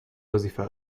وظیفه